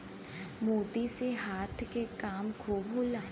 मोती से हाथ के काम खूब होला